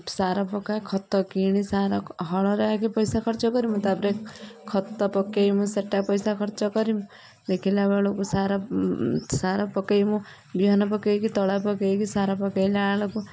ସାର ପକା ଖତ କିଣି ସାର ହଳରେ ଆଗେ ପଇସା ଖର୍ଚ୍ଚ କରିମୁଁ ତାପରେ ଖତ ପକେଇମୁଁ ସେଇଟା ପଇସା ଖର୍ଚ୍ଚ କରିମୁଁ ଦେଖିଲା ବେଳକୁ ସାର ସାର ପକେଇମୁଁ ବିହନ ପକେଇକି ତଳା ପକେଇକି ସାର ପକେଇଲା ବେଳକୁ